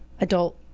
adult